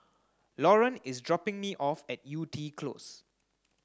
Loren is dropping me off at Yew Tee Close